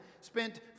spent